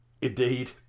Indeed